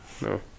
No